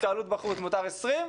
התקהלות בחוץ שם מותר 20,